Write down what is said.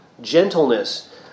gentleness